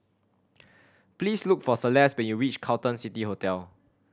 please look for Celeste when you reach Carlton City Hotel